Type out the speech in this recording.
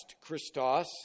Christos